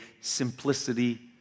simplicity